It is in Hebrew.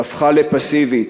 והפכה לפסיבית,